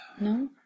No